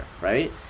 right